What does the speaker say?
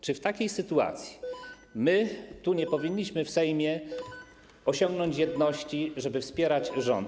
Czy w takiej sytuacji nie powinniśmy w Sejmie osiągnąć jedności, żeby wspierać rząd?